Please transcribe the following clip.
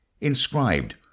inscribed